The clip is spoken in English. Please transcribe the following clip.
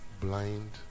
blind